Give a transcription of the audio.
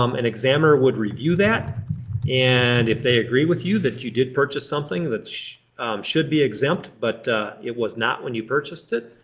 um an examiner would review that and if they agree with you that you did purchase something that should be exempt but it was not when your purchased it,